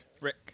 Rick